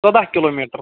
ژۄداہ kilo metre